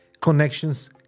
Connections